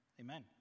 Amen